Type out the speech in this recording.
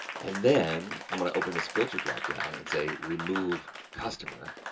and then, i'm going to open this filter drop down and say, remove customer,